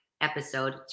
episode